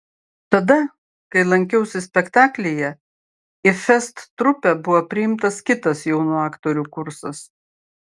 tada kai lankiausi spektaklyje į fest trupę buvo priimtas kitas jaunų aktorių kursas